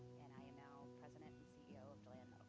and i am now president and ceo of deland